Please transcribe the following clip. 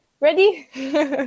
ready